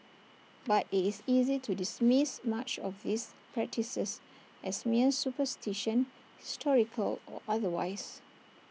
but IT is easy to dismiss much of these practices as mere superstition historical or otherwise